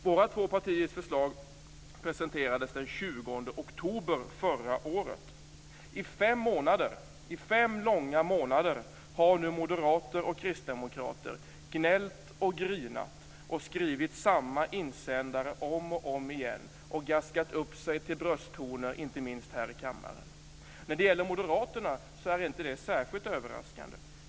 Våra två partiers förslag presenterades den 20 oktober förra året. I fem långa månader har nu moderater och kristdemokrater gnällt, grinat och skrivit samma insändare om och om igen och gaskat upp sig till brösttoner inte minst här i kammaren. När det gäller moderaterna är det inte särskilt överraskande.